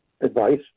advice